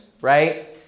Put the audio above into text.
right